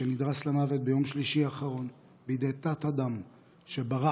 שנדרס למוות ביום שלישי האחרון בידי תת-אדם שברח